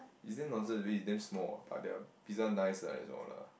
it's damn nonsense really it's damn small ah but their pizza nice lah that's all lah